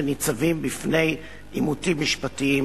שניצבים בפני עימותים משפטיים,